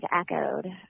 echoed